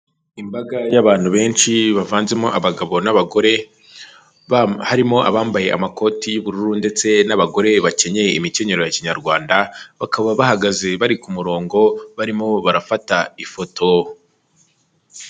Imbaga y'abantu benshi bavanzemo abagabo n'abagore, harimo abambaye amakoti y'ubururu ndetse n'abagore bakenyeye imikenyerero ya kinyarwanda, bakaba bahagaze bari ku murongo, barimo barafata ifoto.